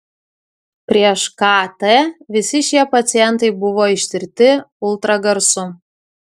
prieš kt visi šie pacientai buvo ištirti ultragarsu